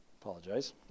Apologize